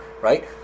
right